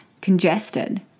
congested